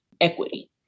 equity